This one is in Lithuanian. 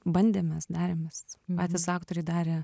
bandėmės darėmės patys aktoriai darė